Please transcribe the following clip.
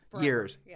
Years